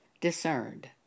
discerned